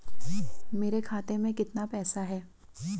मेरे खाते में कितना पैसा है?